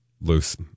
Loose